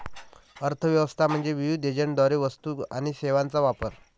अर्थ व्यवस्था म्हणजे विविध एजंटद्वारे वस्तू आणि सेवांचा वापर